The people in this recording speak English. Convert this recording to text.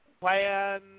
plan